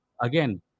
again